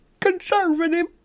conservative